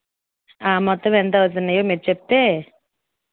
మొత్తం ఎంత అవుతున్నయో మీరు చెప్తే